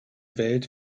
welt